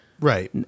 Right